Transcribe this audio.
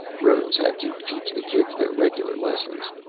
rose had to teach the kids their regular lessons.